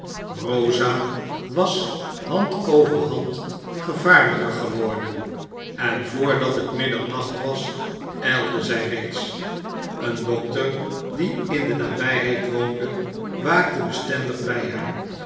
rosa was hand over hand gevaarlijker geworden en voordat het middernacht was ijlde zij reeds een dokter die in de nabijheid woonde waakte bestendig bij haar